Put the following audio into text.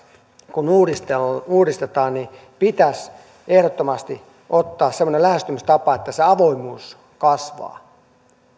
kun uudistetaan niin pitäisi ehdottomasti ottaa semmoinen lähestymistapa että se avoimuus kasvaa